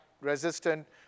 resistant